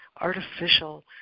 artificial